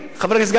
חבר הכנסת גפני,